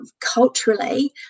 culturally